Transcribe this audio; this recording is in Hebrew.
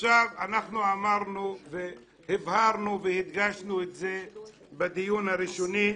אנחנו אמרנו והבהרנו והדגשנו את זה בדיון הראשוני,